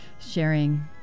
sharing